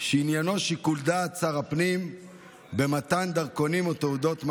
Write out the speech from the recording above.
שעניינו שיקול הדעת של שר הפנים במתן דרכונים או תעודות מעבר,